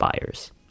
buyers